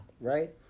Right